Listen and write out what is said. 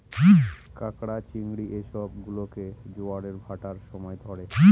ক্যাঁকড়া, চিংড়ি এই সব গুলোকে জোয়ারের ভাঁটার সময় ধরে